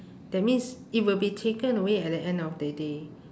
that means it will be taken away at the end of the day